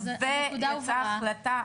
אוקיי, אז הנקודה הובהרה.